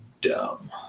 dumb